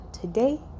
today